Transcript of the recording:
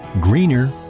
greener